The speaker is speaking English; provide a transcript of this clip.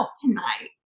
tonight